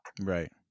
Right